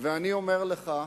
אני אומר לך,